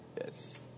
Yes